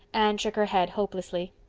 anne shook her head hopelessly.